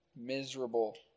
miserable